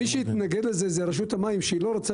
מי שהתנגד לזה זה רשות המים שהיא לא רוצה